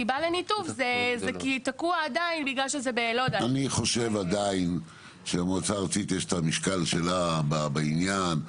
אני חושב עדיין שלמועצה הארצית יש את המשקל שלה בעניין.